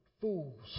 Fools